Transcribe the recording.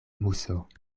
muso